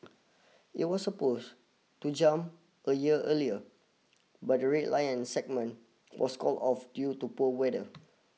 it was supposed to jump a year earlier but the Red Lion segment was called off due to poor weather